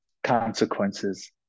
consequences